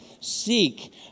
seek